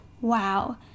wow